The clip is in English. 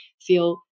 feel